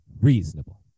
reasonable